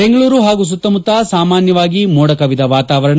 ಬೆಂಗಳೂರು ಹಾಗೂ ಸುತ್ತಮುತ್ತ ಸಾಮಾನ್ಯವಾಗಿ ಮೋಡ ಕವಿದ ವಾತವಾರಣ